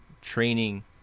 training